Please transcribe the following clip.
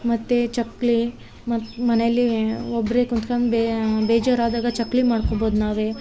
ಮತ್ತು ಚಕ್ಲಿ ಮತ್ತು ಮನೇಲಿ ಒಬ್ಬರೆ ಕುಂತ್ಕಂಡು ಬೇಜರಾದಾಗ ಚಕ್ಲಿ ಮಾಡ್ಕೊಬೋದು ನಾವೇ